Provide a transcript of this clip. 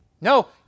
No